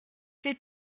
fais